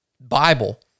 Bible